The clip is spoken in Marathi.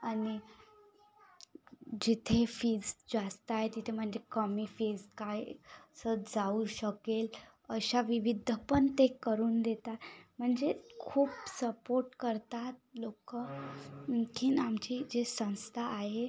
आणि जिथे फिज् जास्त आहे तिथे म्हणजे कमी फिज् काय असं जाऊ शकेल अशा विविध पण ते करून देतात म्हणजे खूप सपोर्ट करतात लोक आणखी आमची जी संस्था आहे